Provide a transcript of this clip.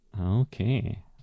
Okay